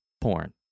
porn